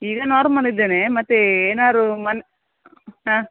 ಈಗ ನಾರ್ಮಲ್ ಇದ್ದೇನೆ ಮತ್ತೆ ಏನಾದ್ರು ಒಂದ್ ಹಾಂ